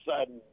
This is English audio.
sudden